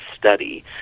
study